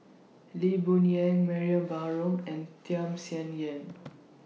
Lee Boon Yang Mariam Baharom and Tham Sien Yen